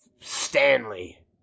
Stanley